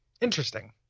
Interesting